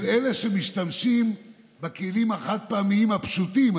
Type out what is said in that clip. של אלה שמשתמשים בכלים החד-פעמיים הפשוטים?